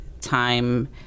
time